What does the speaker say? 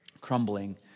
crumbling